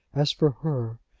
as for her,